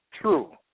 true